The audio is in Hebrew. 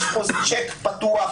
יש פה צ'ק פתוח